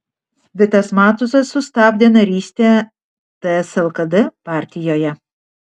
vitas matuzas sustabdė narystę ts lkd partijoje